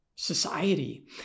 Society